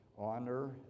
honor